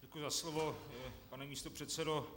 Děkuji za slovo, pane místopředsedo.